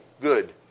good